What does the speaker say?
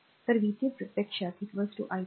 तर v 3 प्रत्यक्षात 12 i 3